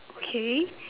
okay